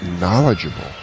knowledgeable